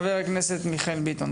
חבר הכנסת מיכאל ביטון.